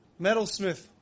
metalsmith